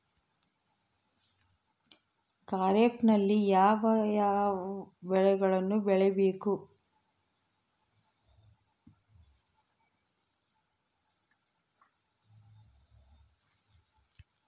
ಖಾರೇಫ್ ನಲ್ಲಿ ಯಾವ ಬೆಳೆಗಳನ್ನು ಬೆಳಿಬೇಕು?